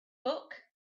book